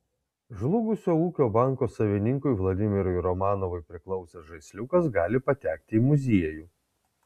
žlugusio ūkio banko savininkui vladimirui romanovui priklausęs žaisliukas gali patekti į muziejų